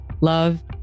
love